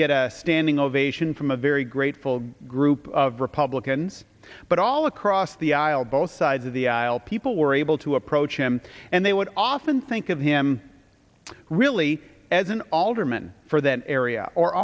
get a standing ovation from a very grateful group of republicans but all across the aisle both sides of the aisle people were able to approach him and they would often think of him really as an alderman for that area or